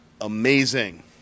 amazing